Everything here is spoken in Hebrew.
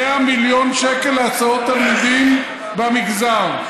100 מיליון שקל להסעות תלמידים במגזר.